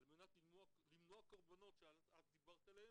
על מנת למנוע קורבנות שאת דיברת עליהם